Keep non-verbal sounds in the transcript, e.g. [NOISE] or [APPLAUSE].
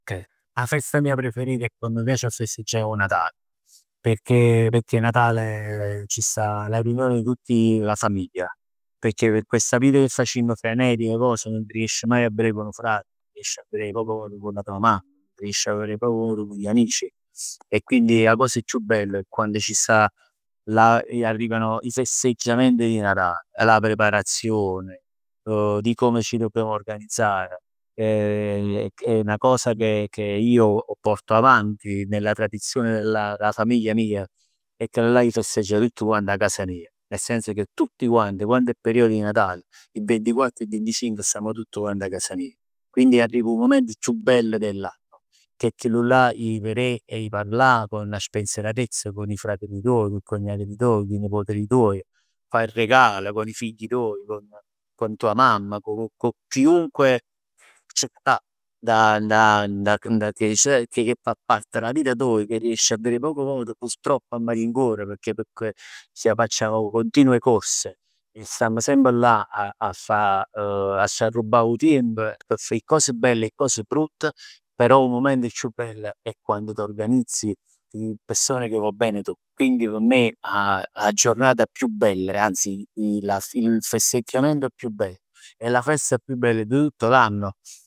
'A festa mia preferita e ch' m' piace 'a festeggià è 'o Natale, pecchè, pecchè Natale [HESITATION] c' sta la riunione di tutta la famiglia. Pecchè p' chesta vita cà facimm frenetica e cos nun t' riesc maje 'a verè cu nu frat, nun t' riesc 'a verè proprio cu 'na mamm, nun t' riesc 'a verè proprio cu l'amici. E quindi 'a cos chiù bell è quando c' stà e arrivano i festeggiamenti di Natale. La preparazione, [HESITATION] di come ci dobbiamo organizzare. [HESITATION] è 'na cosa che che io porto avanti nella tradizione della dà famiglia mij 'e teng là e s' festegg tutt quant 'a casa mij. Nel senso che tutti quanti quando è periodo di Natale, il ventiquattro e il venticinque stamm tutt quant 'a casa mia. Quindi arriva 'o moment chiù bello dell'anno, che è chillullà 'e verè, 'e parlà con la spensieratezza, con 'e frat dè tuoje, cu 'e cognat dè tuoj, cu 'e nipot dè tuoje, fà il regalo con i figli tuoi, con con tua mamma, cu cu chiunque c' sta dint 'a, dint 'a, dint 'a te, che fa parte dà vita toja, che riesci 'a vedè poco poco e che purtroppo a malincuore pecchè [HESITATION] facciamo continue corse e stamm semp là 'a fa [HESITATION] 'a s'arrubbà 'o tiemp p' 'e cos belle e 'e cos brutt, però 'o mument chiù bell è quando t'organizzi cu 'e persone che vuò bene tu. Quindi p' me 'a giornata chiù bella, anzi il festeggiamento chiù bell e la festa chiù bella di tutto l'anno